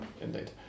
indeed